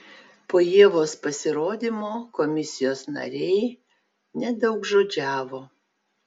po ievos pasirodymo komisijos nariai nedaugžodžiavo